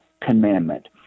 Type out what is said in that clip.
commandment